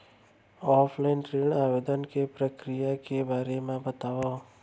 Offline ऋण आवेदन के प्रक्रिया के बारे म बतावव?